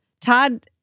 Todd